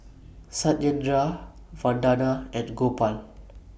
Satyendra Vandana and Gopal